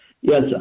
Yes